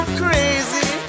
crazy